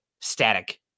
static